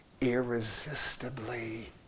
irresistibly